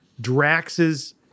Drax's